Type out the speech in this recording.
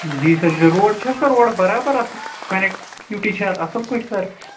جی sir road چھا حظ sir اورٕ برابر اتھ کَنیکٹٕوِٹی چھا اتھ اصل پٲٹھۍ سَر